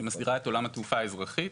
שמסדירה את עולם התעופה האזרחית,